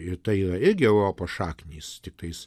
ir tai yra irgi europos šaknys tiktais